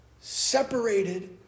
separated